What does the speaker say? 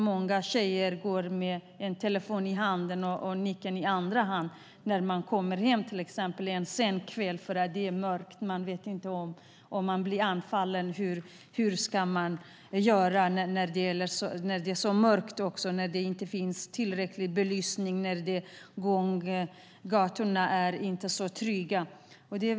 Många tjejer går med en telefon i ena handen och nyckeln i andra handen när de går hem en sen kväll när det är mörkt och man inte vet hur man ska göra om man blir anfallen. När det inte finns tillräcklig belysning är gatorna inte så trygga.